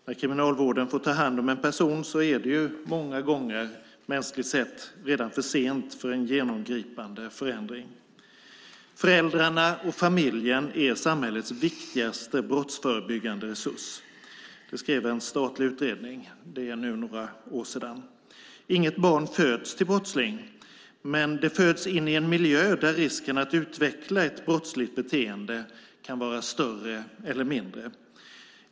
När kriminalvården får ta hand om en person är det många gånger mänskligt sett redan för sent för en genomgripande förändring. Föräldrarna och familjen är samhällets viktigaste brottsförebyggande resurs. Det skrev en statlig utredning för några år sedan. Inget barn föds till brottsling, men det föds in i en miljö där risken att utveckla ett brottsligt beteende kan vara större eller mindre.